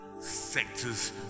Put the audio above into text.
sectors